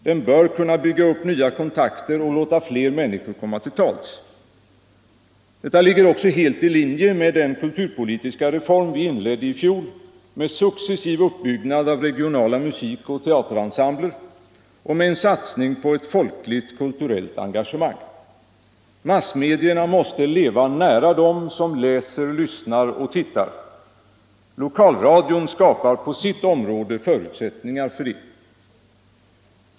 Den bör kunna bygga upp nya kontakter och låta fler människor komma till tals. Detta ligger också helt i linje med den kulturpolitiska reform vi inledde i fjol med successiv uppbyggnad av regionala musik och teaterensembler och med satsning på ett folkligt kulturellt engagemang. Massmedierna måste leva nära dem som läser, lyssnar och tittar. Lokalradion skapar på sitt område förutsättningar för det.